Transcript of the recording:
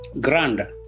Grand